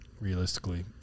realistically